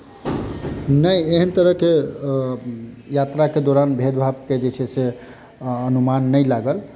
नहि एहन तरहके यात्राके दौरान भेद भावके जे छै से अनुमान नहि लागल